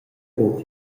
buca